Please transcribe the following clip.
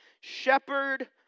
shepherd